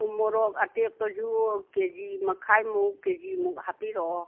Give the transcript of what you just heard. ꯎꯃꯣꯔꯣꯛ ꯑꯇꯦꯛꯄꯁꯨ K G ꯃꯈꯥꯏꯃꯨꯛ ꯀꯦ ꯖꯤꯃꯨꯛ ꯍꯥꯄꯤꯔꯛꯑꯣ